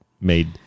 made